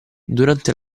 durante